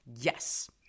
yes